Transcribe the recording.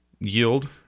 Yield